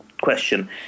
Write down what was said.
question